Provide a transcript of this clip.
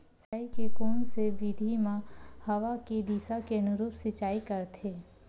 सिंचाई के कोन से विधि म हवा के दिशा के अनुरूप सिंचाई करथे?